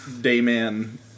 Dayman